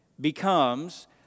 becomes